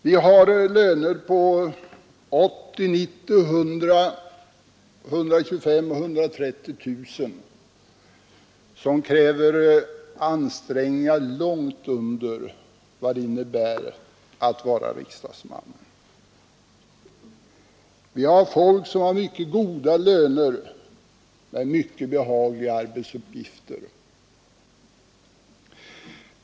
Det finns löner på 80 000, och ända upp till 130 000 kronor, som kräver långt mindre ansträngningar än vad det innebär att vara riksdagsledamot. Det finns människor som har mycket goda löner med mycket behagliga arbetsuppgifter.